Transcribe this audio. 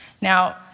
Now